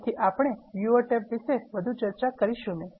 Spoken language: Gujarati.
તેથી આપણે Viewer ટેબ વિષે વધુ ચર્ચા કરીશુ નહી